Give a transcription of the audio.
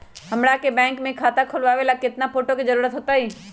हमरा के बैंक में खाता खोलबाबे ला केतना फोटो के जरूरत होतई?